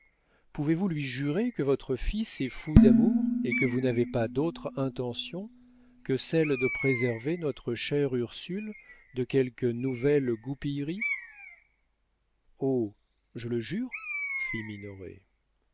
pouvez-vous lui jurer que votre fils est fou d'amour et que vous n'avez pas d'autre intention que celle de préserver notre chère ursule de quelques nouvelles goupilleries oh je le jure